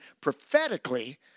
prophetically